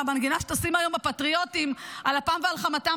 במנגינה שתשים היום ב"פטריוטים" על אפם ועל חמתם